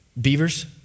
Beavers